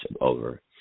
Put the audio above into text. over